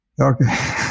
Okay